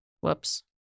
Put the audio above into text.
Whoops